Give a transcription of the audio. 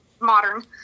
modern